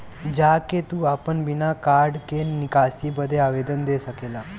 जा के तू आपन बिना कार्ड के निकासी बदे आवेदन दे सकेला